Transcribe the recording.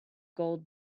gold